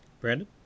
Brandon